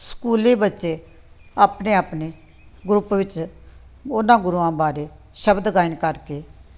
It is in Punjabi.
ਸਕੂਲੀ ਬੱਚੇ ਆਪਣੇ ਆਪਣੇ ਗਰੁੱਪ ਵਿੱਚ ਉਹਨਾਂ ਗੁਰੂਆਂ ਬਾਰੇ ਸ਼ਬਦ ਗਾਇਨ ਕਰਕੇ